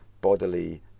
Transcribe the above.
bodily